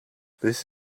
this